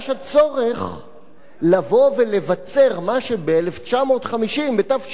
לבוא ולבצר מה שב-1950, בתש"י, היה ברור מאליו,